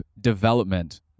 development